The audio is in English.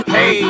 Hey